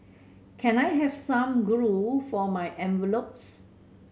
can I have some glue for my envelopes